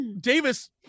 Davis